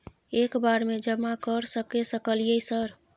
एक बार में जमा कर सके सकलियै सर?